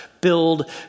build